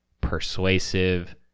persuasive